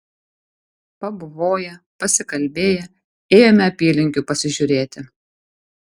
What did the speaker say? pabuvoję pasikalbėję ėjome apylinkių pasižiūrėti